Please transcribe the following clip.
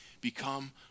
become